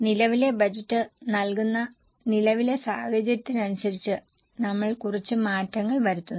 നിലവിലെ ബജറ്റ് നൽകുന്ന നിലവിലെ സാഹചര്യത്തിനനുസരിച്ച് നമ്മൾ കുറച്ച് മാറ്റങ്ങൾ വരുത്തുന്നു